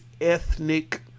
ethnic